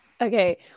Okay